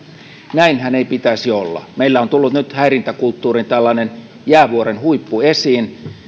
näinhän ei pitäisi olla meillä on tullut nyt häirintäkulttuurista tällainen jäävuoren huippu esiin